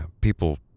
people